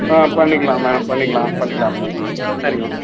ஆ பண்ணிக்கலாம் மேடம் பண்ணிக்கலாம் பண்ணிக்கலாம் மேடம் சரி மேம்